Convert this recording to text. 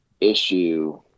Issue